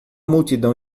multidão